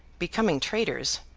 becoming traitors,